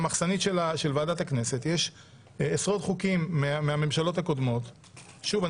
במחסנית של ועדת הכנסת יש עשרות חוקים מהממשלות הקודמות שוב,